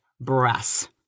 breaths